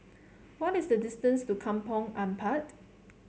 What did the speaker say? what is the distance to Kampong Ampat